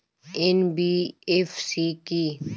NBFC কী?